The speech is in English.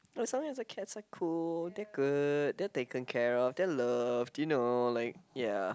as long as the cats are cool they're good they're taken care of they're loved you know like ya